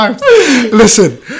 Listen